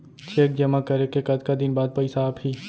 Cheque जेमा करे के कतका दिन बाद पइसा आप ही?